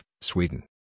Sweden